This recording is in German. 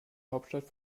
hauptstadt